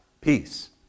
peace